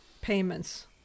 payments